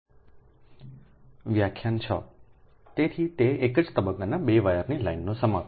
તેથી તેથી એક જ તબક્કાની બે વાયર લાઇનનો સમાવેશ